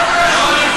לא נמצא.